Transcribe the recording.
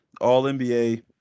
all-NBA